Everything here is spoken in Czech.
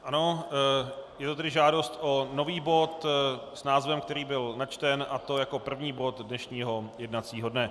Ano, je to tedy žádost o nový bod s názvem, který byl načten, a to jako první bod dnešního jednacího dne.